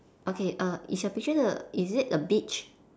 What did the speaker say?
okay err is your picture the is it a beach